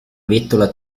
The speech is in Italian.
bettola